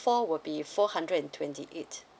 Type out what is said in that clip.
four will be four hundred and twenty eight